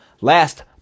Last